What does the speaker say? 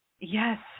yes